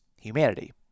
humanity